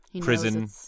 prison